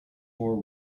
more